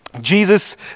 Jesus